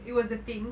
it was the thing